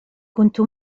كنت